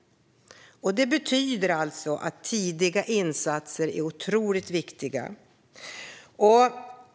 Detta betyder att tidiga insatser är otroligt viktiga.